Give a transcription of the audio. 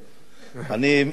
כשאני הגעתי זה כבר היה אחרי הזמן.